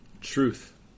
Truth